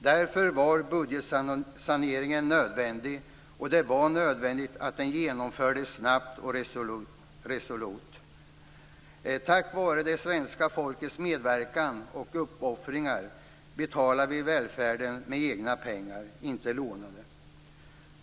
Därför var budgetsaneringen nödvändig, och det var nödvändigt att den genomfördes snabbt och resolut. Tack vare det svenska folkets medverkan och uppoffringar betalar vi välfärden med egna pengar, inte lånade.